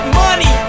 money